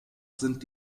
sind